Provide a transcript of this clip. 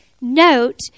Note